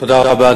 תודה רבה.